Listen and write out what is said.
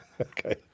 Okay